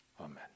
Amen